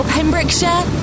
Pembrokeshire